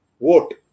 vote